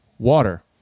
water